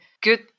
good